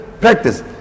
practice